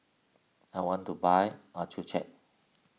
I want to buy Accucheck